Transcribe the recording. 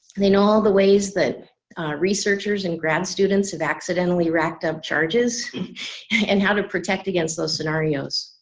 they know all the ways that researchers and grad students have accidentally racked up charges and how to protect against those scenarios.